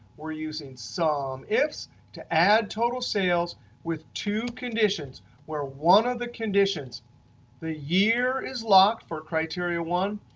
we're using so sumifs to add total sales with two conditions, where one of the conditions the year is locked for criteria one.